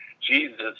Jesus